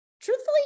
truthfully